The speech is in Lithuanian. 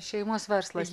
šeimos verslas